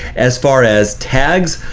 as far as tags,